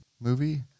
movie